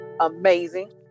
amazing